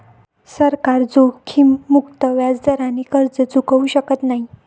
सरकार जोखीममुक्त व्याजदराने कर्ज चुकवू शकत नाही